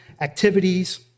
activities